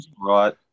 right